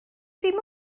ddim